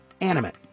animate